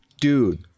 dude